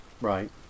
Right